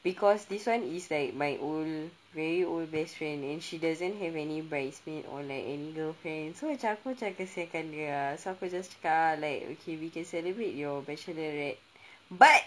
because this one is like my old very old best friend and she doesn't have any brisedmaid or like any girl friends so macam aku macam kesiankan dia so aku just cakap ah like okay we can celebrate your bachelorette but